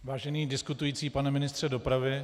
Vážený diskutující pane ministře dopravy...